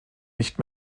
nicht